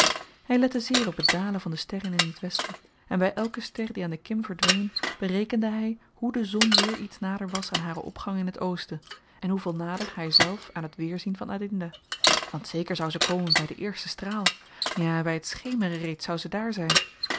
hy lette zeer op het dalen van de sterren in t westen en by elke ster die aan de kim verdween berekende hy hoe de zon weer iets nader was aan haren opgang in het oosten en hoeveel nader hyzelf aan t weerzien van adinda want zeker zou ze komen by den eersten straal ja by t schemeren reeds zou ze daar zyn